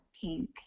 pink